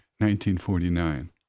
1949